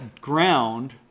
ground